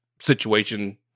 situation